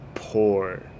poor